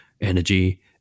energy